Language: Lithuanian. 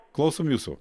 klausom jūsų